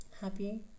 happy